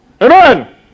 Amen